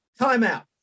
timeout